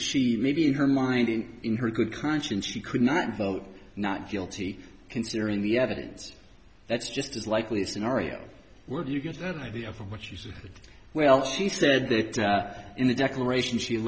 she maybe in her mind and in her good conscience she could not vote not guilty considering the evidence that's just as likely scenario where do you get that idea from what you said well she said that in the declaration she